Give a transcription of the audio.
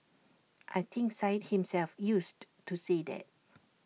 I think Syed himself used to say that